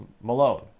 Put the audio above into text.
Malone